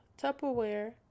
Tupperware